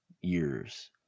years